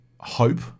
hope